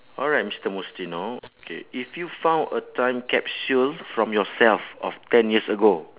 alright mister mustino K if you found a time capsule from yourself of ten years ago